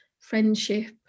friendship